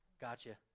Gotcha